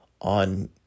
on